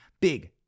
big